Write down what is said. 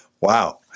Wow